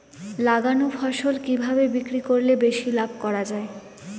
লাগানো ফসল কিভাবে বিক্রি করলে বেশি লাভ করা যায়?